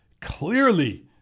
clearly